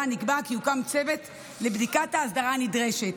נקבע כי יוקם צוות לבדיקת ההסדרה הנדרשת,